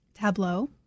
Tableau